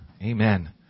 Amen